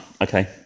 Okay